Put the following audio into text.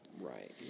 right